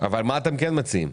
אתם כן מציעים?